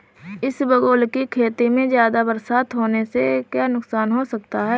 इसबगोल की खेती में ज़्यादा बरसात होने से क्या नुकसान हो सकता है?